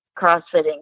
crossfitting